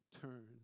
turn